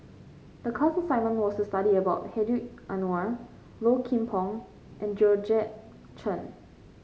the class assignment was to study about Hedwig Anuar Low Kim Pong and Georgette Chen